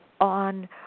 on